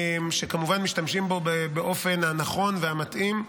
כשכמובן משתמשים בו באופן הנכון והמתאים,